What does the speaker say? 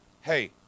hey